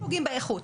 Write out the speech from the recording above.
פוגעים באיכות.